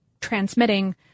transmitting